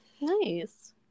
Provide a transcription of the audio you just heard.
Nice